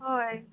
হয়